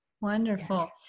Wonderful